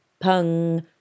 Pung